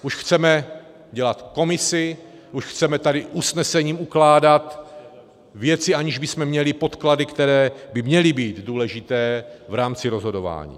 Už chceme dělat komisi, už chceme tady usnesením ukládat věci, aniž bychom měli podklady, které by měly být důležité v rámci rozhodování.